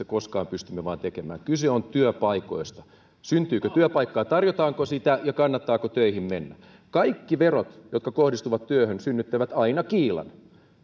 koskaan pystymme vaan tekemään kyse on työpaikoista syntyykö työpaikka tarjotaanko sitä ja kannattaako töihin mennä kaikki verot jotka kohdistuvat työhön synnyttävät aina kiilan